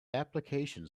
application